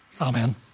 Amen